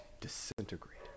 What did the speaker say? disintegrate